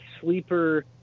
sleeper